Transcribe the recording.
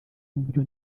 mubyo